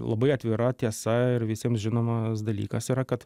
labai atvira tiesa ir visiems žinomas dalykas yra kad